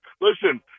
listen